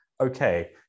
okay